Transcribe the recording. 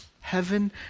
heaven